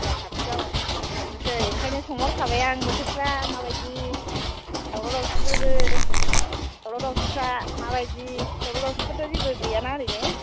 फुजा खाथियाव थांनोसै ओंखायनो सोंहरखाबाय आं बोथोरफ्रा माबायदि दावराव दावसिफोरबो दावराव दावसिफ्रा माबायदि दावराव दावसिफोरथ' जेबो गैयाना ओरैनो